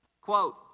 Quote